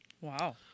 Wow